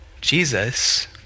Jesus